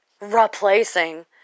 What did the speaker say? replacing